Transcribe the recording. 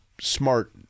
smart